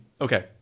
Okay